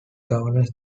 governors